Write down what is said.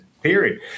period